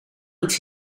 iets